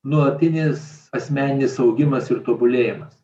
nuolatinis asmeninis augimas ir tobulėjimas